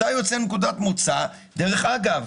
דרך אגב,